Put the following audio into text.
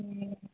ए